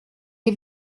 est